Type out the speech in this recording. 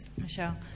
Michelle